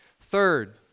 Third